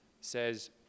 says